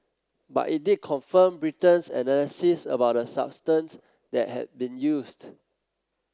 but it did confirm Britain's analysis about the substance that had been used